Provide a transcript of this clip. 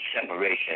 separation